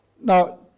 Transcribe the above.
Now